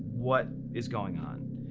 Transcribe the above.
what is going on?